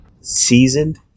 seasoned